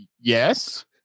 yes